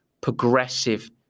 progressive